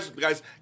guys